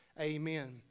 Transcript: Amen